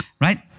right